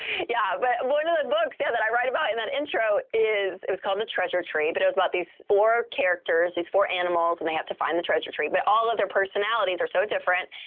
yeah. but one of the and books yeah that i write about in that intro is it was called the treasure tree, but it was about these four characters these four animals and they have to find the treasure tree, but all of their personalities are so different,